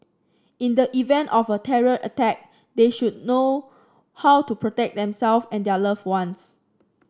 in the event of a terror attack they should know how to protect themself and their loved ones